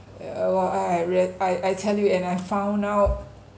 uh I were I I real I I tell you and I found out